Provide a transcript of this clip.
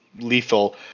lethal